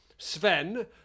Sven